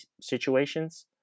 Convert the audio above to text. situations